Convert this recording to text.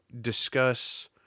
discuss